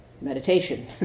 meditation